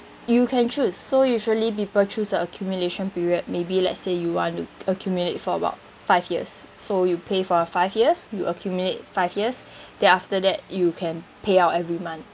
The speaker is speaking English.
you can choose so usually people choose a accumulation period maybe let's say you want to accumulate for about five years so you pay for five years you accumulate five years then after that you can pay out every month